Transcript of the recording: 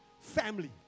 family